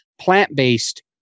plant-based